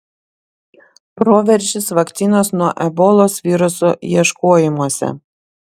proveržis vakcinos nuo ebolos viruso ieškojimuose